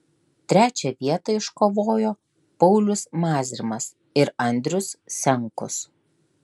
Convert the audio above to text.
trečią vietą iškovojo paulius mazrimas ir andrius senkus